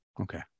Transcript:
Okay